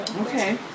Okay